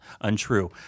untrue